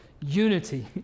Unity